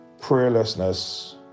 Prayerlessness